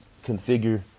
configure